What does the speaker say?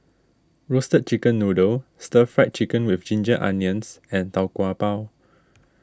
Roasted Chicken Noodle Stir Fried Chicken with Ginger Onions and Tau Kwa Pau